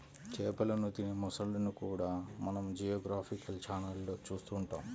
చేపలను తినే మొసళ్ళను కూడా మనం జియోగ్రాఫికల్ ఛానళ్లలో చూస్తూ ఉంటాం